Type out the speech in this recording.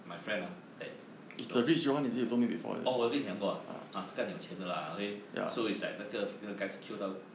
my friend that the oh 我跟你经过 ah ah 是干有钱的 lah okay so is like 那个那个 guy kio 都